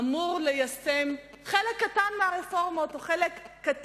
אמור ליישם חלק קטן מהרפורמות או לתקן חלק